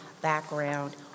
background